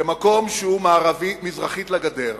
במקום שהוא מזרחית לגדר,